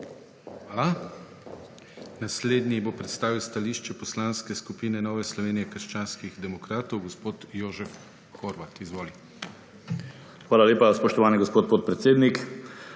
Hvala. Naslednji bo predstavil stališče Poslanske skupine Nove Slovenije – krščanskih demokratov gospod Jožef Horvat. Izvoli. **JOŽEF HORVAT (PS NSi):** Hvala lepa, spoštovani gospod podpredsednik.